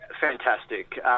fantastic